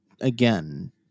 Again